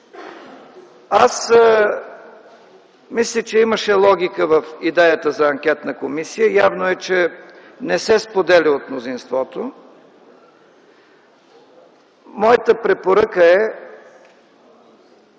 Аз мисля, че имаше логика в идеята за анкетна комисия. Явно е, че не се споделя от мнозинството. Моята препоръка е